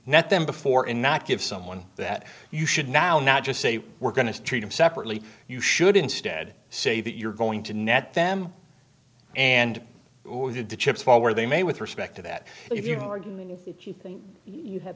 that then before and not give someone that you should now not just say we're going to treat them separately you should instead say that you're going to net them and the chips fall where they may with respect to that if you